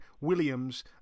Williams